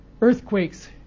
earthquakes